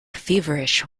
feverish